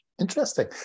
Interesting